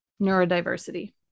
neurodiversity